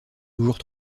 toujours